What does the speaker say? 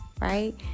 right